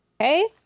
Okay